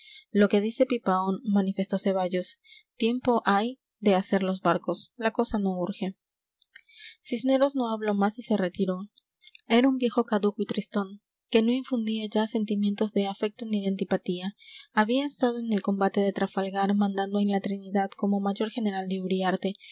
lo que dice pipaón manifestó ceballos tiempo hay de hacer los barcos la cosa no urge cisneros no habló más y se retiró era un viejo caduco y tristón que no infundía ya sentimientos de afecto ni de antipatía había estado en el combate de trafalgar mandando en la trinidad como mayor general de uriarte